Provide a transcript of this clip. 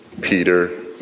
Peter